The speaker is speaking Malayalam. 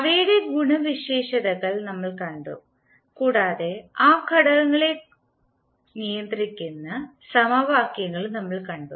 അവയുടെ ഗുണവിശേഷതകൾ നമ്മൾ കണ്ടു കൂടാതെ ആ ഘടകങ്ങളെ നിയന്ത്രിക്കുന്ന സമവാക്യങ്ങളും നമ്മൾ കണ്ടു